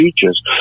features